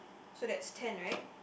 so that's ten right